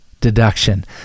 deduction